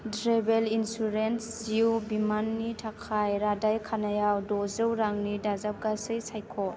travel insurance जिउ बीमानि थाखाय रादाय खानायाव द'जौ रांनि दाजाबगासै सायख'